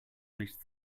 nichts